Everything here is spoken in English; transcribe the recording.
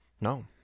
No